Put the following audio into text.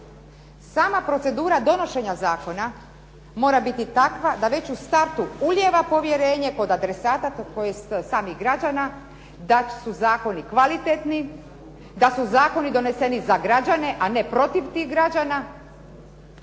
Sama procedura donošenja zakona mora biti takva da već u startu ulijeva povjerenje kod adresata tj. samih građana da su zakoni kvalitetni, da su zakoni doneseni za građane, a ne protiv tih građana